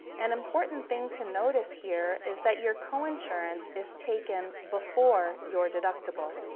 an important thing to notice here is that your coinsurance is taken before your deductible.